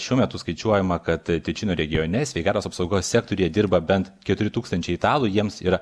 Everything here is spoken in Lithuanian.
šiuo metu skaičiuojama kad tičino regione sveikatos apsaugos sektoriuje dirba bent keturi tūkstančiai italų jiems yra